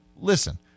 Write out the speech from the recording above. listen